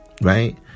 right